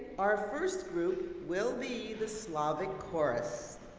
our first group will be the slavic chorus.